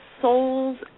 souls